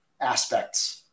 aspects